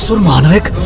so demonic